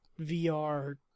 vr